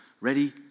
Ready